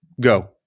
go